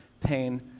pain